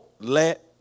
let